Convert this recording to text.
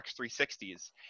360s